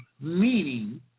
meaning